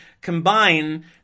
combine